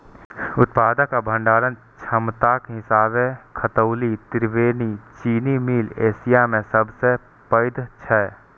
उत्पादन आ भंडारण क्षमताक हिसाबें खतौली त्रिवेणी चीनी मिल एशिया मे सबसं पैघ छै